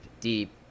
deep